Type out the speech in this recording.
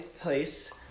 place